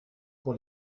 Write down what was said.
pour